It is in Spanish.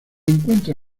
encuentra